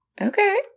Okay